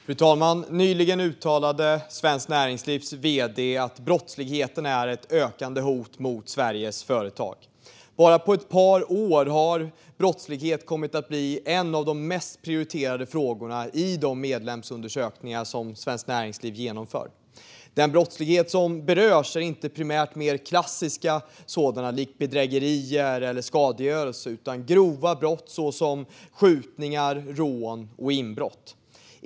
Fru talman! Nyligen uttalade Svenskt Näringslivs vd att brottsligheten är ett ökande hot mot Sveriges företag. På bara ett par år har brottslighet kommit att bli en av de mest prioriterade frågorna i de medlemsundersökningar som Svenskt Näringsliv genomför. Det handlar inte primärt om mer klassisk brottslighet som bedrägerier eller skadegörelse utan om grova brott såsom skjutningar, rån och inbrott.